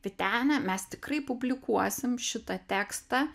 vytene mes tikrai publikuosim šitą tekstą